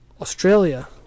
Australia